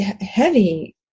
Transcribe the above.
heavy